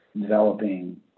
developing